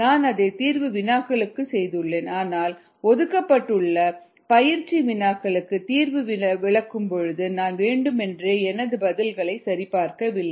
நான் அதை தேர்வு வினாக்களுக்கு செய்துள்ளேன் ஆனால் ஒதுக்கப்பட்டுள்ள பயிற்சி வினாக்களுக்கு தீர்வுகளை விளக்கும் போது நான் வேண்டுமென்றே எனது பதில்களை சரிபார்க்கவில்லை